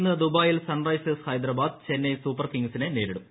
ഇന്ന് ദുബായിയിൽ Sunrisers Hyderabad Chennai Super കിങ്സിനെ നേരിടും